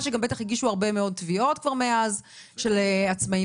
שבטח הגישו הרבה מאוד תביעות של עצמאים מאז.